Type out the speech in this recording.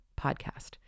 podcast